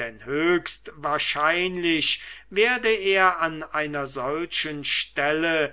denn höchst wahrscheinlich werde er an einer solchen stelle